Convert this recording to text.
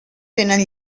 tenen